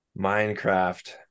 Minecraft